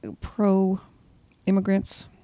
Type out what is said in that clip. pro-immigrants